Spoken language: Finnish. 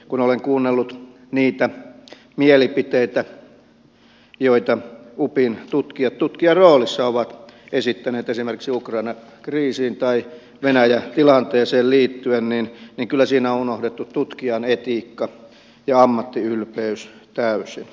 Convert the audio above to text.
kun olen kuunnellut niitä mielipiteitä joita upin tutkijat tutkijan roolissa ovat esittäneet esimerkiksi ukrainan kriisiin tai venäjän tilanteeseen liittyen niin kyllä siinä on unohdettu tutkijan etiikka ja ammattiylpeys täysin